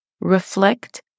reflect